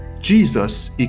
jesus